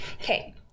Okay